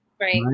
Right